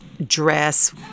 Dress